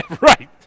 Right